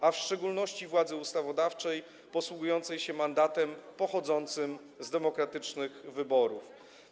a w szczególności władzy ustawodawczej posługującej się mandatem pochodzącym z demokratycznych wyborów.